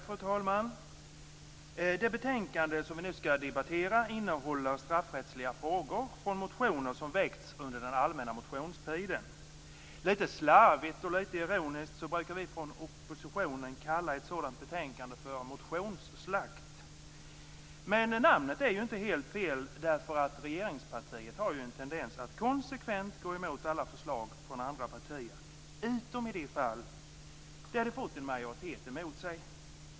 Fru talman! Det betänkande som vi nu skall debattera innehåller straffrättsliga frågor från motioner som väckts under den allmänna motionstiden. Lite slarvigt och lite ironiskt brukar vi från oppositionen kalla ett sådant betänkande för motionsslakt. Men namnet är inte helt fel, därför att regeringspartiet har en tendens att konsekvent gå emot alla förslag från andra partier utom i de fall då man fått en majoritet emot sig.